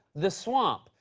the swamp.